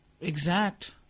exact